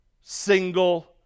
single